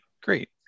great